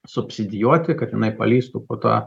subsidijuoti kad jinai palįstų po tuo